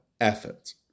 effort